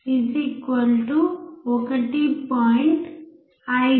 5 1